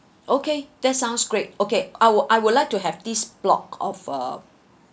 okay that sounds great okay I will I would like to have this block of uh